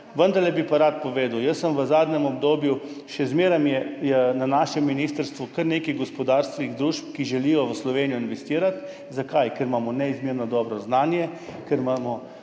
vendarle bi pa rad povedal, v zadnjem obdobju je še zmeraj na našem ministrstvu kar nekaj gospodarskih družb, ki želijo v Slovenijo investirati. Zakaj? Ker imamo neizmerno dobro znanje, ker imamo